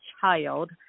child